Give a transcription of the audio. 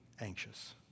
anxious